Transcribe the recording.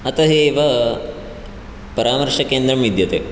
अतः एव परामर्शकेन्द्रं विद्यते